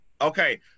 Okay